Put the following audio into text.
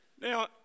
Now